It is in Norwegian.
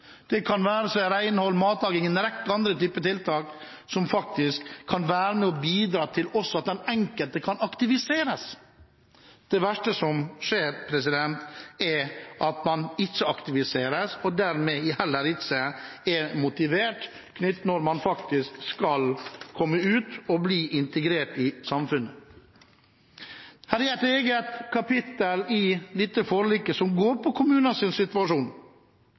Det kan være renhold, matlaging og en rekke andre typer tiltak som faktisk kan være med på å bidra til at den enkelte aktiviseres. Det verste som skjer, er at man ikke aktiviseres og dermed heller ikke er motivert når man skal komme ut og bli integrert i samfunnet. Det er et eget kapittel i dette forliket som handler om kommunenes situasjon.